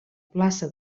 plaça